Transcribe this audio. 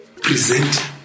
present